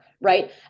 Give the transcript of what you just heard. right